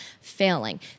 failing